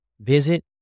Visit